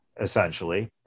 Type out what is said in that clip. essentially